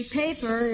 paper